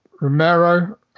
Romero